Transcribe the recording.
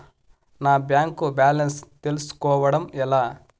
నా bank balance తెలుస్కోవడం ఎలా?